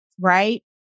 right